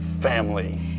family